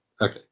Okay